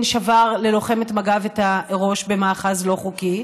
ששבר ללוחמת מג"ב את הראש במאחז לא חוקי?